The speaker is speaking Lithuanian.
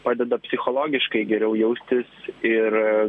padeda psichologiškai geriau jaustis ir